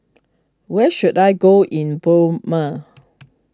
where should I go in Burma